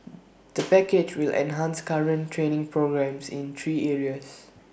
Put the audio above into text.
the package will enhance current training programmes in three areas